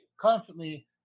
constantly